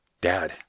Dad